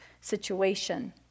situation